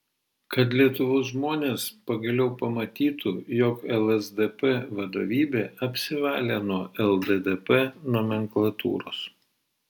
kad lietuvos žmonės pagaliau pamatytų jog lsdp vadovybė apsivalė nuo lddp nomenklatūros